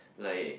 like